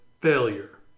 failure